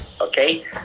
okay